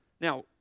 Now